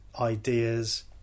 ideas